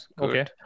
Okay